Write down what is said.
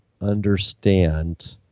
understand